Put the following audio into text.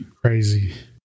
Crazy